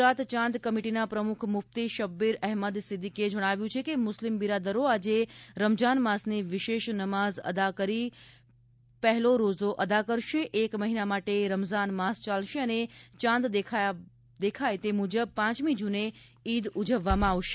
ગુજરાત ચાંદ કમિટીના પ્રમુખ મુફતી શબ્બીર અહેમદ સિદ્ધિકીએ જણાવ્યું છે કે મુસ્લીમ બિરાદરો આજે રમઝાન માસની વિશેષ નમાજ અદા કરી અને પહેલો રોઝો અદા કરશે એક મહિના માટે રમજાન માસ ચાલશે અને ચાંદ દેખાય તે મુજબ પાંચમી જુને ઈદ ઉજવવામાં આવશે